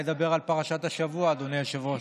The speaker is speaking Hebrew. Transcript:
אני אולי אדבר על פרשת השבוע, אדוני היושב-ראש.